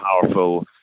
powerful